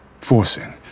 Forcing